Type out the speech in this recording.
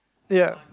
ya